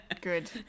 Good